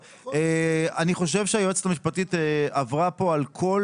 אני חושב שהיועצת המשפטית עברה כאן על כל